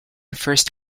first